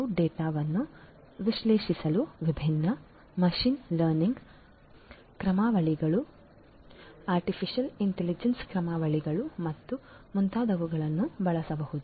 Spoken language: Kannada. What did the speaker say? ಕ್ಲೌಡ್ ಡೇಟಾವನ್ನು ವಿಶ್ಲೇಷಿಸಲು ವಿಭಿನ್ನ ಮಷೀನ್ ಲರ್ನಿಂಗ್ ಕ್ರಮಾವಳಿಗಳು ಆರ್ಟಿಫಿಷಿಯಲ್ ಇಂಟೆಲಿಜೆನ್ಸ್ ಕ್ರಮಾವಳಿಗಳು ಮತ್ತು ಮುಂತಾದವುಗಳನ್ನು ಬಳಸಬಹುದು